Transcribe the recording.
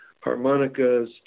harmonicas